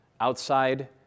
outside